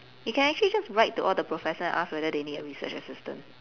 you can actually just write to all the professor and ask whether they need a research assistant